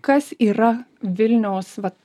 kas yra vilniaus vat